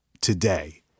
today